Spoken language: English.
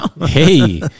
hey